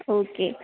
okay